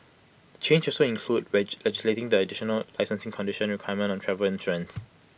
changes also include legislating the additional licensing condition requirement on travel insurance